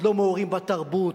עוד לא מעורים בתרבות,